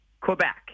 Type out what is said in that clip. Quebec